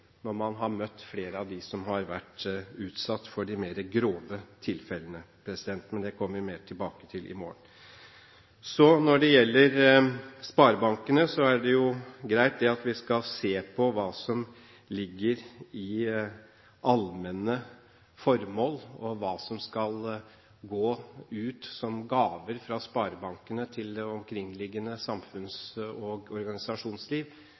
Når det gjelder sparebankene, er det greit at vi skal se på hva som ligger i allmennyttige formål, og hva som skal gå ut som gaver fra sparebankene til det omkringliggende samfunns- og organisasjonsliv.